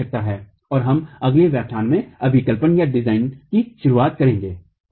और हम अगले व्याख्यान में अभिकल्पनडिजाइन शुरू करेंगे ठीक है